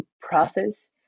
process